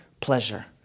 pleasure